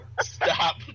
Stop